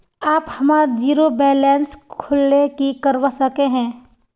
आप हमार zero balance खोल ले की करवा सके है?